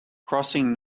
crossing